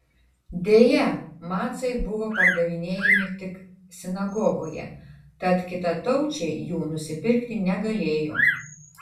deja macai buvo pardavinėjami tik sinagogoje tad kitataučiai jų nusipirkti negalėjo